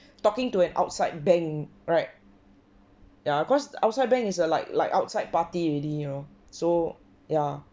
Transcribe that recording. talking to an outside bank right ya cause outside bank is a like like outside party already you know so ya